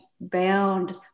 bound